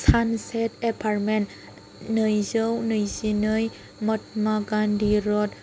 sunset apartment नैजौ नैजिनै Mahatma Gandhi road